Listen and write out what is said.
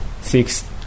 six